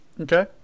okay